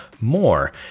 more